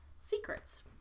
secrets